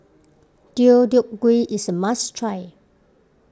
Deodeok Gui is a must try